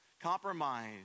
compromise